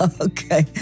Okay